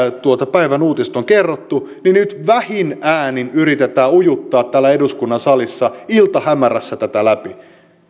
päivän uutiset on kerrottu nyt vähin äänin yritetään ujuttaa täällä eduskunnan salissa iltahämärässä tätä läpi